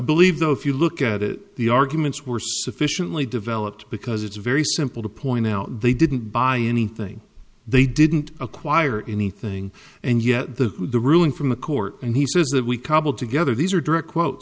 believe though if you look at it the arguments were sufficiently developed because it's very simple to point out they didn't buy anything they didn't acquire anything and yet the the ruling from the court and he says that we cobbled together these are direct quote